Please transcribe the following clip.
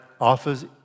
offers